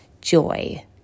joy